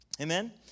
Amen